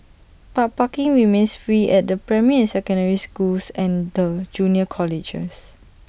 but parking remains free at the primary and secondary schools and the junior colleges